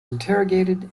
interrogated